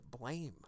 blame